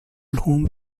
home